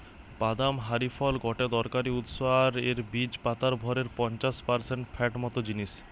বাদাম হারি ফল গটে দরকারি উৎস আর এর বীজ পাতার ভরের পঞ্চাশ পারসেন্ট ফ্যাট মত জিনিস